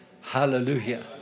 Hallelujah